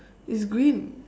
it's green